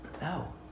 no